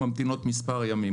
ממתינות מספר ימים.